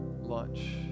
lunch